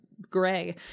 gray